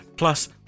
Plus